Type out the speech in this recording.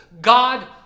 God